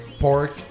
Pork